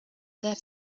their